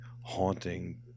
haunting